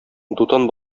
дутан